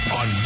on